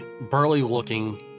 burly-looking